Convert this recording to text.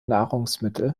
nahrungsmittel